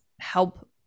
help